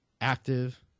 active